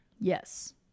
yes